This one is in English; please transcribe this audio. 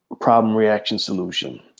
problem-reaction-solution